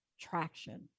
traction